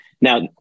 Now